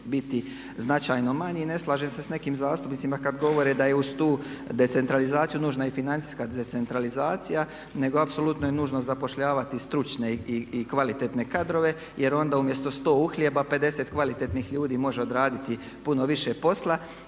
biti značajno manji. Ne slažem se s nekim zastupnicima kad govore da je uz tu decentralizaciju nužna i financijska decentralizacija, nego apsolutno je nužno zapošljavati stručne i kvalitetne kadrove jer onda umjesto 100 uhljeba 50 kvalitetnih ljudi može odraditi puno više posla